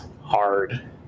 hard